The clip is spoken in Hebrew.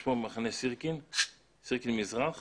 יש פה מחנה סירקין, סירקין מזרח